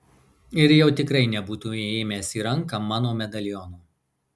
ir jau tikrai nebūtumei ėmęs į ranką mano medaliono